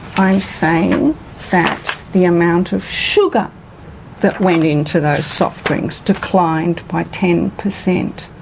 i'm saying that the amount of sugar that went into those soft drinks declined by ten percent.